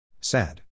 Sad